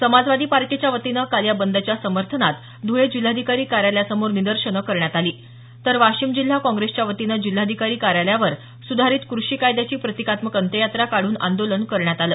समाजवादी पार्टीच्या वतीनं काल या बंदच्या समर्थनात धवळे जिल्हाधिकारी कार्यालयासमोर निदर्शनं करण्यात आली तर वाशिम जिल्हा काँग्रेसच्या वतीनं जिल्हाधिकारी कार्यालयावर सुधारित क्रषी कायद्याची प्रतिकात्मक अंत्ययात्रा काढून आंदोलन करण्यात आलं